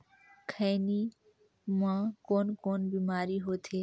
खैनी म कौन कौन बीमारी होथे?